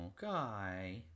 guy